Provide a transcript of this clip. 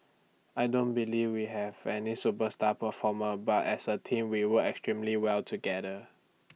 I don't believe we have any superstar performer but as A team we work extremely well together